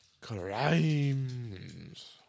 Crimes